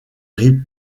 ris